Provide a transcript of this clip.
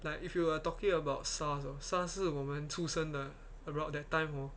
like if you are talking about SARS uh SARS 是我们出身的 around that time orh